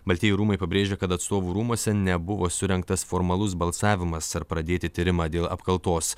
baltieji rūmai pabrėžė kad atstovų rūmuose nebuvo surengtas formalus balsavimas ar pradėti tyrimą dėl apkaltos